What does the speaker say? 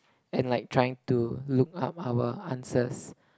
and like trying to look up our answers